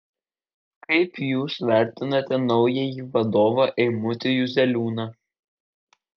kaip jūs vertinate naująjį vadovą eimutį juzeliūną